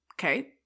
Okay